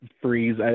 freeze